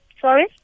Sorry